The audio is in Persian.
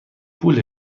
پول